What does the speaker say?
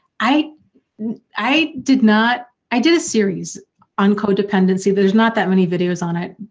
i i did not. i did a series on codependency, there's not that many videos on it,